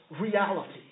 reality